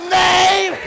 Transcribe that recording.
name